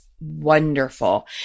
wonderful